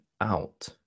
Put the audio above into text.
out